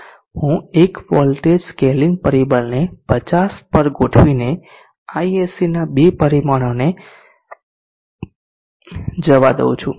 હું 1 voltage scaling પરિબળ ને 50 પર ગોઠવીને ISC ના બે પરિમાણોને જવા દઉં છું